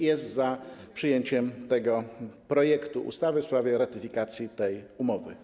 Jest za przyjęciem projektu ustawy w sprawie ratyfikacji tej umowy.